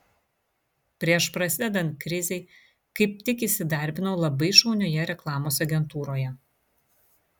prieš prasidedant krizei kaip tik įsidarbinau labai šaunioje reklamos agentūroje